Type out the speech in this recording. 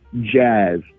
jazz